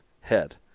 head